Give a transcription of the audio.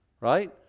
Right